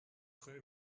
rue